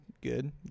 good